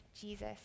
Jesus